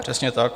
Přesně tak.